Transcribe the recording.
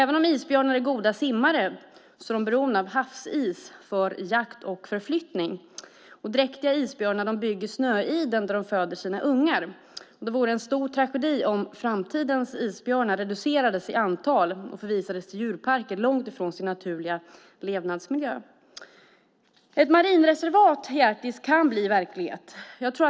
Även om isbjörnar är goda simmare är de beroende av havsis för jakt och förflyttning. Dräktiga isbjörnar bygger snöiden där de föder sina ungar. Det vore en stor tragedi om framtidens isbjörnar reducerades i antal och förvisades till djurparker långt från sin naturliga levnadsmiljö. Ett marinreservat i Arktis kan bli verklighet.